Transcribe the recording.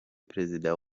perezida